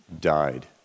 died